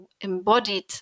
embodied